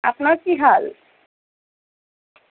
আপনার কি হাল